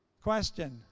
Question